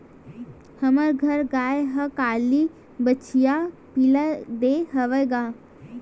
हमर घर गाय ह काली बछिया पिला दे हवय गा